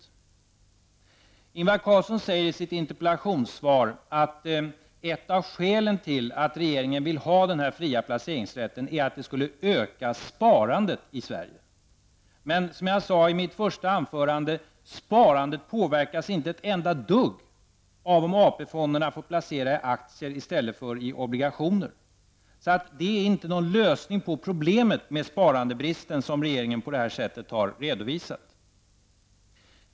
I sitt interpellationssvar sade Ingvar Carlsson att ett av skälen till att regeringen vill ha den fria placeringsrätten är att den skulle medverka till att öka sparandet i Sverige. Som jag sade i mitt inledningsanförande kommer inte sparandet att påverkas ett enda dugg av om AP-fonderna får placera i aktier i stället för i obligationer. Detta är inte någon lösning på problemet med bristen på sparande som regeringen på det här sättet har velat göra gällande.